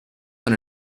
con